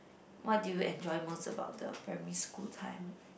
what do you enjoy most about the primary school time